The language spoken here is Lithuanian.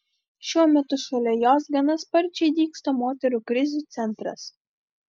šiuo metu šalia jos gana sparčiai dygsta moterų krizių centras